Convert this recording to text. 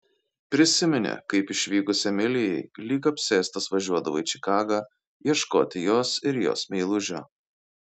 prisiminė kaip išvykus emilijai lyg apsėstas važiuodavo į čikagą ieškoti jos ir jos meilužio